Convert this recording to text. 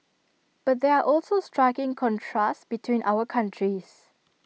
but there are also striking contrasts between our countries